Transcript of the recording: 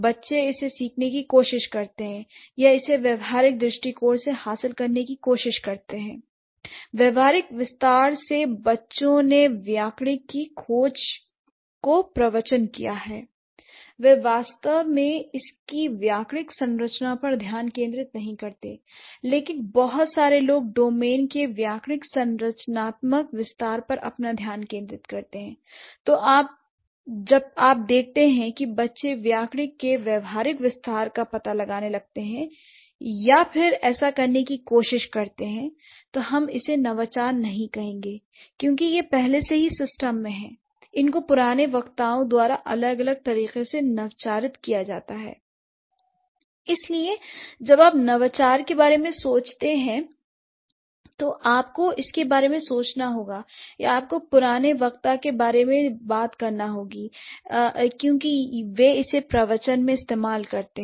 बच्चे इसे सीखने की कोशिश करते हैं या इसे व्यावहारिक दृष्टिकोण से हासिल करने की कोशिश करते हैं l व्यवहारिक विस्तार से बच्चों ने व्याकरणिक की खोज को प्रवचन किया है l वे वास्तव में इसकी व्याकरणिक संरचना पर ध्यान केंद्रित नहीं करते हैं लेकिन बहुत सारे बड़े लोग डोमेन के व्याकरणिक संरचनात्मक विस्तार पर अपना ध्यान केंद्रित करते हैं l तो जब आप देखते हैं कि बच्चे व्याकरणिक के व्यावहारिक विस्तार का पता लगाते हैं या फिर ऐसा करने की कोशिश करते हैं l हम इसे नवाचार नहीं कहेंगे क्योंकि यह पहले से ही सिस्टम में है l इन को पुराने वक्ताओं द्वारा अलग अलग तरीके से नवाचारित किया जाता है इसलिए जब आप नवाचार के बारे में सोचते हैं तो आपको इसके बारे में सोचना होगा या आपको पुराने वक्ता के बारे में बात करना होगी क्योंकि वे इसे प्रवचन में इस्तेमाल करते हैं